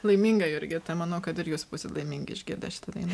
laiminga jurgita manau kad ir jūs būsit laimingi išgirdę šitą dainą